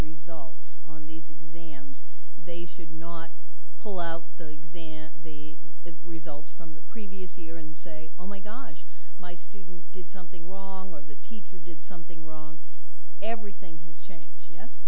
results on these exams they should not pull out the exam the results from the previous year and say oh my gosh my student did something wrong or the teacher did something wrong everything has changed yes